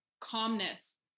calmness